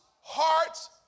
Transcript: hearts